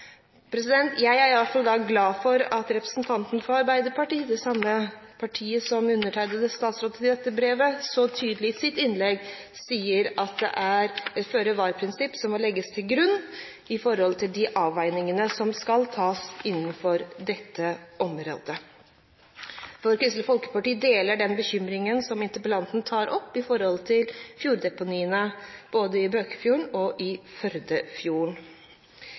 Jeg er i alle fall glad for at representanten for Arbeiderpartiet – det samme partiet som undertegnende statsråd i dette brev – så tydelig i sitt innlegg sier at det er et føre-var-prinsipp som må legges til grunn for de avveiningene som skal tas innenfor dette området. Kristelig Folkeparti deler den bekymringen som interpellanten tar opp, knyttet til fjorddeponiene både i Bøkfjorden og i Førdefjorden.